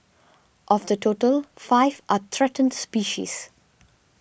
of the total five are threatened species